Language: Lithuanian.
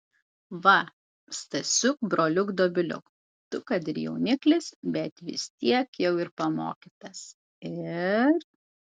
va stasiuk broliuk dobiliuk tu kad ir jauniklis bet vis tiek jau ir pamokytas ir